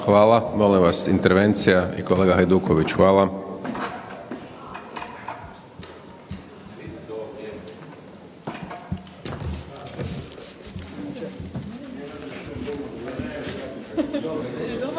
Hvala. Molim vas, intervencija, kolega Hajduković. Hvala.